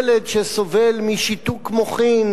ילד שסובל משיתוק מוחין,